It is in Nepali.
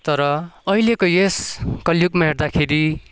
तर अहिलेको यस कलियुगमा हेर्दाखेरि